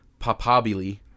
papabili